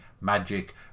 magic